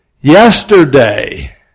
Yesterday